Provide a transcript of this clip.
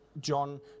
john